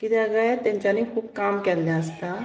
किद्या गाय तेंच्यांनी खूब काम केल्लें आसता